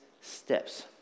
steps